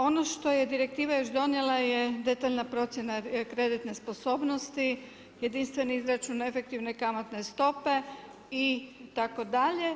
Ono što je direktiva još donijela je detaljna procjena kreditne sposobnosti, jedinstveni izračun efektivne kamatne stope itd.